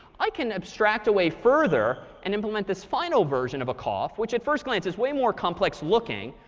i can abstract away further and implement this final version of a cough, which at first glance is way more complex looking.